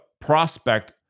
prospect